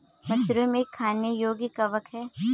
mushroom एक खाने योग्य कवक है